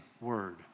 word